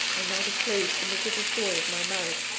i now disclosed the miserable story of my marriage,